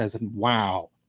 wow